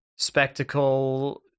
spectacle